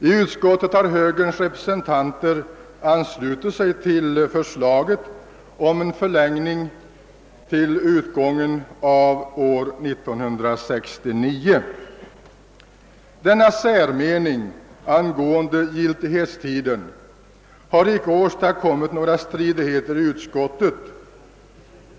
I utskottet har högerns representanter anslutit sig till förslaget om en förlängning till utgången av år 1969. De olika uppfattningarna angående giltighetstiden har inte åstadkommit några stridigheter i utskottet.